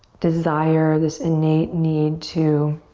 desire, this innate need to